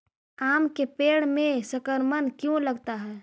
आम के पेड़ में संक्रमण क्यों लगता है?